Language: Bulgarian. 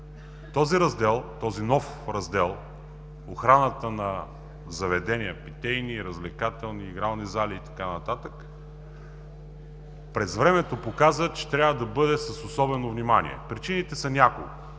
За този нов раздел за охраната на заведения – питейни, развлекателни, игрални зали и така нататък, времето показа, че трябва да бъде с особено внимание. Причините са няколко.